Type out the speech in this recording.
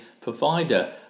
provider